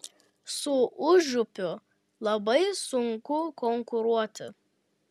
su užupiu labai sunku konkuruoti